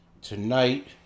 Tonight